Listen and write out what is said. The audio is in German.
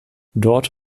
dort